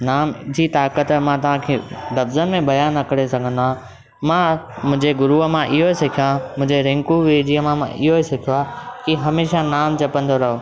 नाम जी ताक़त मां तव्हां खे लबज़नि में बयानु न करे सघंदो आ मां मुंहिंजे गुरुअ मां इहो ई सिखियो आं मुंहिंजे रिंकू वीर जीअ मां इहो ही सिखियो आ की हमेशा नाम जपंदा रहो